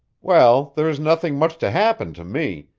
well, there's nothing much to happen to me,